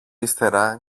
ύστερα